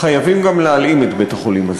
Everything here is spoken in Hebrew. חייבים גם להלאים את בית-החולים הזה.